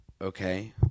Okay